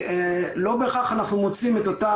לא בהכרח אנחנו מוצאים את אותו